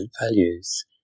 values